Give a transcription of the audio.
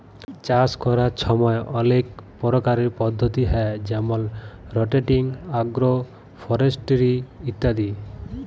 চাষ ক্যরার ছময় অলেক পরকারের পদ্ধতি হ্যয় যেমল রটেটিং, আগ্রো ফরেস্টিরি ইত্যাদি